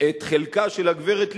את חלקה של הגברת לבני,